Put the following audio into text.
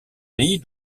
pays